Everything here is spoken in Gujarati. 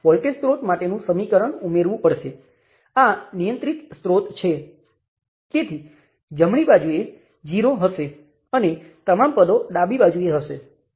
તેથી જો હું તેને મેટ્રિક્સ સ્વરૂપમાં મૂકું તો મારી પાસે R11 R12 R13 R12 R13 હશે